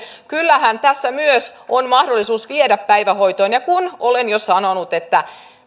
kyllähän tässä myös on mahdollisuus viedä päivähoitoon olen jo sanonut että